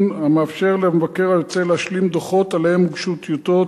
המאפשר למבקר היוצא להשלים דוחות שהוגשו עליהם טיוטות.